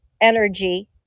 energy